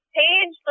page